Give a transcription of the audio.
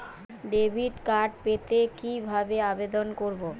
Debit card পেতে কি ভাবে আবেদন করব?